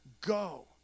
Go